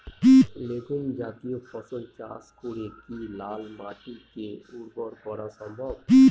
Legume জাতীয় ফসল চাষ করে কি লাল মাটিকে উর্বর করা সম্ভব?